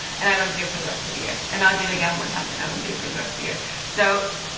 and i don't do it for the rest of the year and i'll do it again one time. and i won't do it for the rest of the year so.